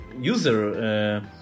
user